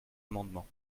amendement